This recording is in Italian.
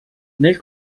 nel